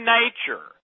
nature